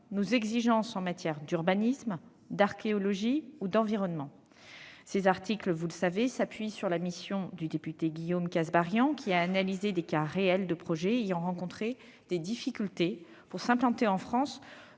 nos exigences en matière d'urbanisme, d'archéologie ou d'environnement. Ces articles s'appuient sur la mission du député Guillaume Kasbarian, qui a analysé des cas réels de projets dont les promoteurs ont rencontré des difficultés pour s'implanter en France